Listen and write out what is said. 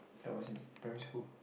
that was in primary school